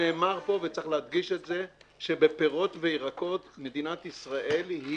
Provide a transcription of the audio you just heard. נאמר פה וצריך להדגיש את זה שבפירות וירקות מדינת ישראל היא